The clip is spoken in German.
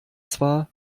zwar